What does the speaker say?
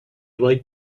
liked